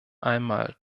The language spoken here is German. einmal